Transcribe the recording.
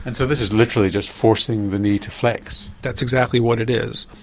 and so this is literally just forcing the knee to flex? that's exactly what it is.